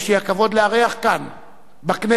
יש לי הכבוד לארח כאן בכנסת,